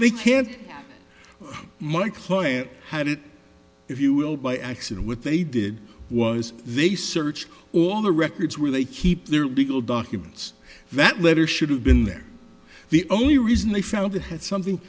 they can't my client had it if you will by accident what they did was they searched all the records where they keep their legal documents that letter should have been there the only reason they found it had something